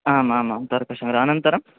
आमामाम् तर्कशङ्ग्रहः अनन्तरम्